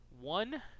one